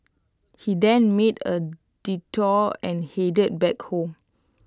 he then made A detour and headed back home